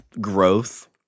growth